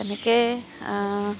এনেকৈ